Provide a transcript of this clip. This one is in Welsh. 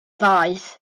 ddaeth